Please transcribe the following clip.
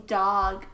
dog